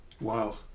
wow